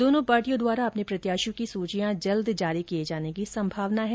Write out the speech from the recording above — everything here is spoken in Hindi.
दोनों पार्टियों द्वारा अपने प्रत्याशियों की सूचियां जल्द जारी किए जाने की संभावना है